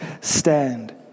stand